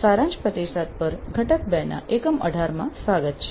સારાંશ પ્રતિસાદ પર ઘટક ૨ ના એકમ 18 માં સ્વાગત છે